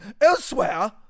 elsewhere